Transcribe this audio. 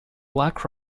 black